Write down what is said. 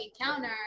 encounter